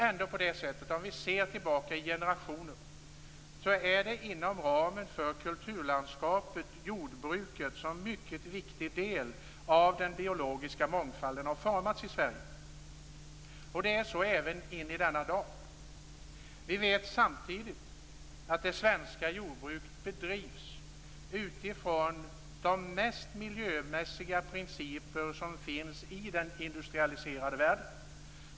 Om vi tittar tillbaka över generationerna ser vi att det är inom kulturlandskapet, jordbruket, som en mycket viktig del av den biologiska mångfalden har formats i Sverige. Det är så även intill denna dag. Vi vet samtidigt att det svenska jordbruket bedrivs utifrån de mest miljömässiga principer som finns i den industrialiserade världen.